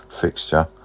fixture